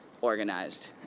organized